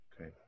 Okay